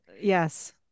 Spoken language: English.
yes